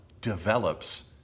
develops